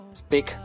speak